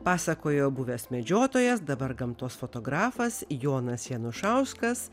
pasakojo buvęs medžiotojas dabar gamtos fotografas jonas janušauskas